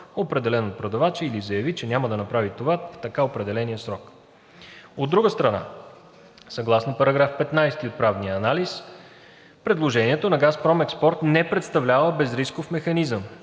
определен от продавача, или заяви, че няма да направи това в така определения срок. От друга страна, съгласно § 15 от правния анализ предложението на „Газпром Експорт“ не представлява безрисков механизъм